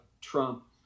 Trump